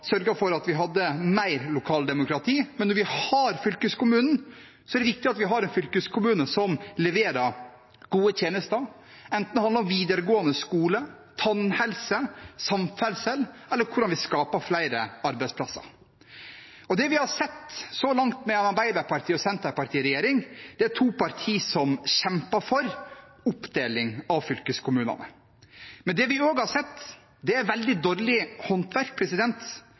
for at vi hadde mer lokaldemokrati, men når vi har fylkeskommunen, er det viktig at vi har en fylkeskommune som leverer gode tjenester, enten det handler om videregående skole, tannhelse, samferdsel eller hvordan vi skaper flere arbeidsplasser. Det vi har sett så langt med en Arbeiderparti–Senterparti-regjering, er to partier som kjemper for oppdeling av fylkeskommunene. Men det vi også har sett, er veldig dårlig håndverk,